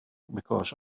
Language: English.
because